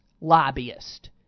lobbyist